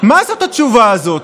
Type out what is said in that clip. מה זאת התשובה הזאת?